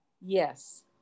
Yes